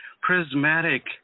prismatic